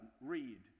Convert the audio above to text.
Read